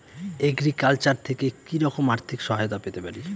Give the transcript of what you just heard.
Agriculture থেকে কি রকম আর্থিক সহায়তা পেতে পারি?